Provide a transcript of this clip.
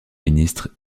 ministres